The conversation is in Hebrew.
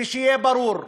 ושיהיה ברור,